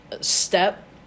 step